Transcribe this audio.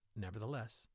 Nevertheless